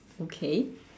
okay